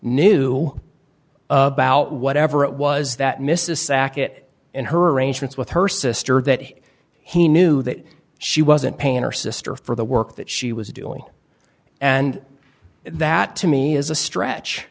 knew about whatever it was that mrs sackett in her arrangements with her sister that he knew that she wasn't paying her sister for the work that she was doing and that to me is a stretch